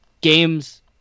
games